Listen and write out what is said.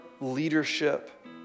leadership